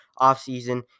offseason